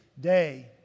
day